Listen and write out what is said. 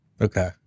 Okay